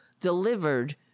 delivered